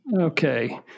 Okay